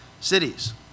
cities